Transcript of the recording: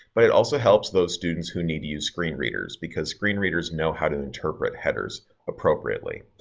but it also helps those students who need to use screen readers because screen readers know how to interpret headers appropriately.